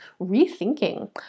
rethinking